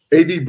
AD